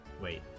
Wait